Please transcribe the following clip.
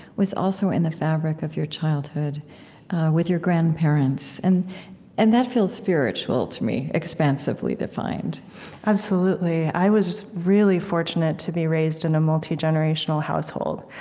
was also in the fabric of your childhood with your grandparents. and and that feels spiritual, to me, expansively defined absolutely. i was really fortunate to be raised in a multigenerational household,